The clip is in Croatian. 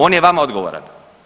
On je vama odgovoran.